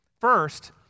First